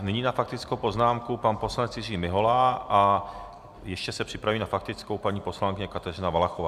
Nyní na faktickou poznámku pan poslanec Jiří Mihola a ještě se připraví na faktickou paní poslankyně Kateřina Valachová.